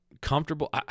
comfortable